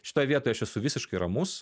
šitoj vietoj aš esu visiškai ramus